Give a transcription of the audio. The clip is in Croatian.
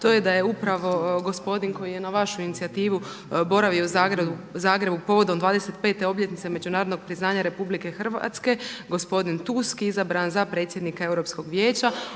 To je da je upravo gospodin koji je na vašu inicijativu boravio u Zagrebu povodom 25. obljetnice međunarodnog priznanja RH gospodin Tusk izabran za predsjednika Europskog vijeća.